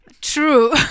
true